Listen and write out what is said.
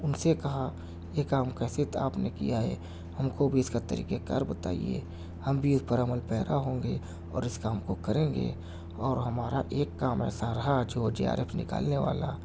اُن سے کہا یہ کام کیسے آپ نے کیا ہے ہم کو بھی اس کا طریقۂ کار بتائیے ہم بھی اِس پر عمل پیرا ہوں گے اور اِس کام کو کریں گے اور ہمارا ایک کام ایسا رہا ہے جو جے آر ایف نکالنے والا